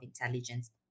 intelligence